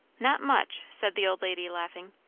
not much, said the old lady, laughing.